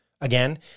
Again